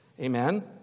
Amen